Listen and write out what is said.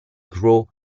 grow